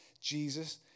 Jesus